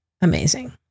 amazing